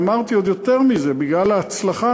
ואמרתי עוד יותר מזה: בגלל ההצלחה